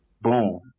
boom